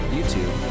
YouTube